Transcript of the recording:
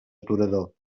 aturador